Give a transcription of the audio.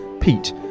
Pete